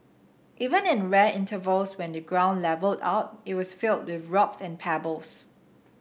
even in the rare intervals when the ground levelled out it was filled with rocks and pebbles